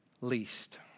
least